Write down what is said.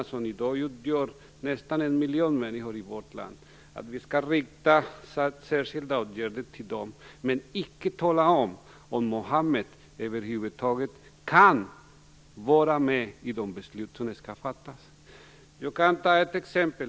De utgör i dag nästan en miljon människor i vårt land. Det går inte att rikta särskilda åtgärder till dem utan att Muhammed får vara med och fatta beslut. Jag kan ge ett exempel.